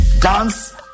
dance